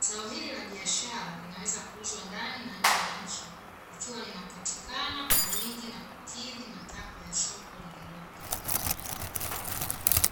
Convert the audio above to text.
zao hili la biashara linaweza kuuzwa ndani na nje ya nchi, likiwa linapatikana kwa wingi na kukidhi matakwa ya soko lililopo.